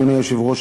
אדוני היושב-ראש,